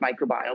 microbiome